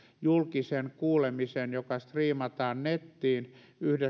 julkisen kuulemisen joka striimataan nettiin